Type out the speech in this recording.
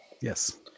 Yes